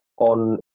on